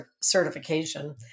certification